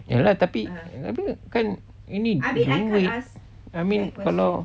ya lah tapi I mean kan ini duit I mean kalau